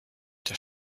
der